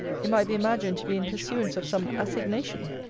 it might be imagined to be in pursuance of some assignation?